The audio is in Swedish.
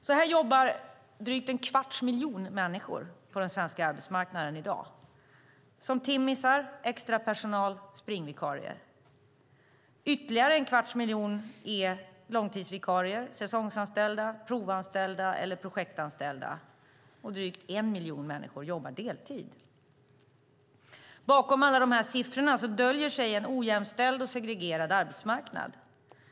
Så här jobbar drygt en kvarts miljon människor på den svenska arbetsmarknaden i dag. De jobbar som timmisar, extrapersonal och springvikarier. Ytterligare en kvarts miljon är långtidsvikarier, säsongsanställda, provanställda eller projektanställda. Drygt en miljon människor jobbar deltid. Bakom alla dessa siffror döljer sig en ojämställd och segregerad arbetsmarknad.